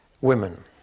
Women